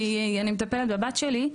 כי אני מטפלת בבת שלי.